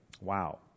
wow